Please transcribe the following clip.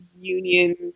union